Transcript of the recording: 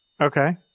okay